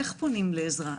איך פונים לעזרה?